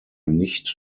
nicht